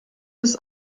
his